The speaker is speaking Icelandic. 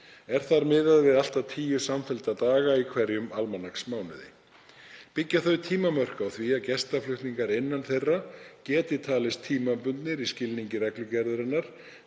Er þar miðað við allt að tíu samfellda daga í hverjum almanaksmánuði. Byggja þau tímamörk á því að gestaflutningar innan þeirra geti talist tímabundnir í skilningi reglugerðarinnar